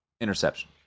interception